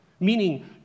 meaning